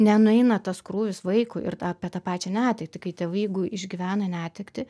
nenueina tas krūvis vaikui ir apie tą pačią netektį kai tėvai jeigu išgyvena netektį